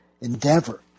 endeavor